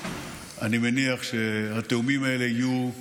אני מניח שהתיאומים האלה יהיו זריזים,